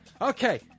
Okay